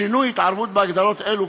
שינוי והתערבות בהגדרות אלו,